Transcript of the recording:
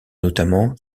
notamment